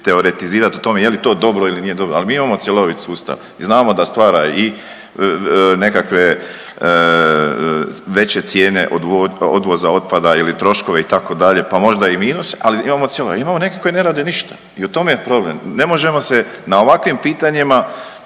teoretizirat o tome je li to dobro ili nije dobro, ali mi imamo cjelovit sustav i znamo da stvara i nekakve veće cijene odvoza otpada ili troškove itd., pa možda i minus, ali imamo …/Govornik se ne razumije/…, imamo neke koji ne rade ništa i u tome je problem. Ne možemo se na ovakvim pitanjima